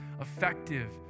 effective